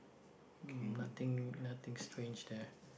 n~ nothing nothing strange there